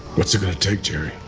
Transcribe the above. it's going to take gerry